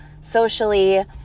socially